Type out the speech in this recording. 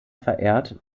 verehrt